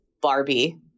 Barbie